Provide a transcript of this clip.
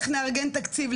נארגן לזה תקציב",